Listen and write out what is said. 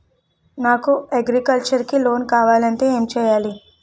నాకు అగ్రికల్చర్ కి లోన్ కావాలంటే ఏం చేయాలి?